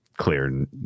clear